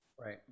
right